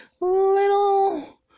little